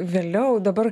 vėliau dabar